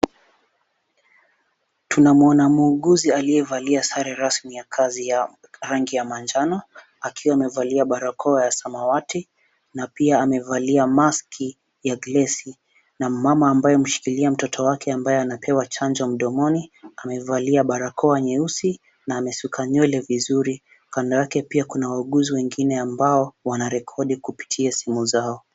Tunamuona muuguzi aliyevalia sare rasmi ya kazi yao, rangi ya manjano, akiwa amevalia barakoa ya samawati, na pia amevalia (cs) maski (cs) ya glesi. Na mmama aliyemshikilia mtoto wake ambaye anapewa chanjo mdomoni, amevalia barakoa nyeusi na amesuka nywele vizuri. Kando yake pia kuna wauguzi wengine ambao wana rekodi kupitia simu zao.